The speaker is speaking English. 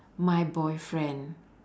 my boyfriend